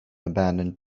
abandoned